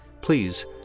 please